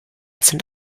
sind